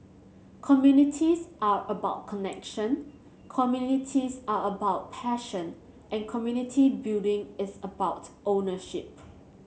communities are about connection communities are about passion and community building is about ownership